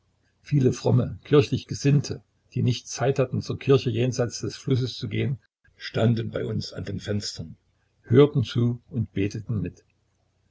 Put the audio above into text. viele fromme kirchlich gesinnte die nicht zeit hatten zur kirche jenseits des flusses zu gehen standen bei uns an den fenstern hörten zu und beteten mit